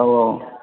औ औ